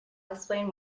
explain